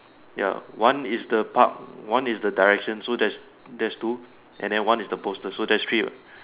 ya one is the pub one is the direction so there's there's two and then one is the poster so there's three ah